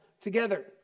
together